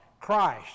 Christ